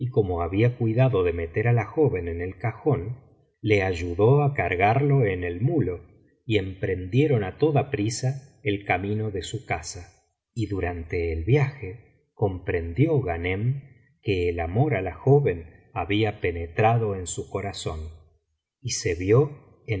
como había cuidado de meter á la joven en el cajón le ayudó á cargarlo en el mulo y emprendieron á toda prisa el camino de su casa y durante el viaje comprendió ghanem que el amor á la joven había penetrado en su corazón y se vio en